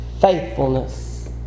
Faithfulness